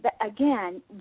Again